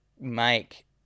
make